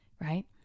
right